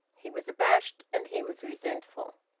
he was abashed and he was resentful.